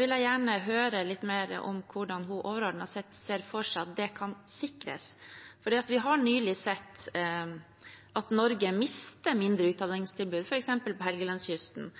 vil jeg gjerne høre litt mer om hvordan hun overordnet ser for seg at det kan sikres. For vi har nylig sett at Norge mister mindre utdanningstilbud, f.eks. på Helgelandskysten,